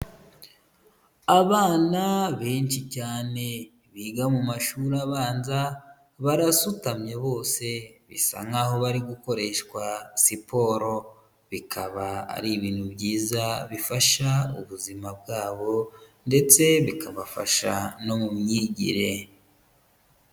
Abana benshi cyane biga mu mashuri abanza, barasutamye bose, bisa nkaho bari gukoreshwa siporo. Bikaba ari ibintu byiza bifasha ubuzima bwabo ndetse bikabafasha no mu myigire.